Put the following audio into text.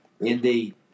Indeed